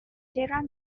terra